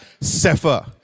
Sefer